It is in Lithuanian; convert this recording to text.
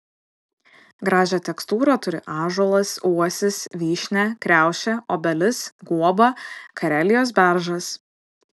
gražią tekstūrą turi ąžuolas uosis vyšnia kriaušė obelis guoba karelijos beržas